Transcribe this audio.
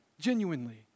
genuinely